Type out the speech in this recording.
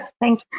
thank